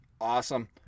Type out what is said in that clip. Awesome